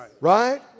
Right